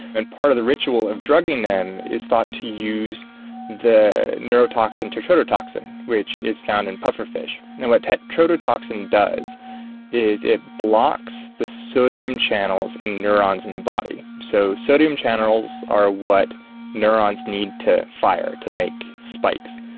and part of the ritual of drugging them is thought to use the neurotoxin tetrodotoxin, which is found in puffer fish. and what tetrodotoxin does is it blocks the sodium channels in neurons in the body. so sodium channels are what neurons need to fire to make spikes.